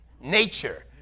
nature